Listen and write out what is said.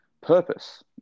purpose